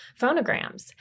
phonograms